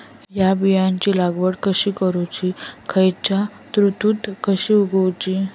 हया बियाची लागवड कशी करूची खैयच्य ऋतुत कशी उगउची?